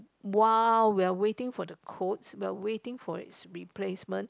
!wow! we are waiting for the codes we are waiting for its replacement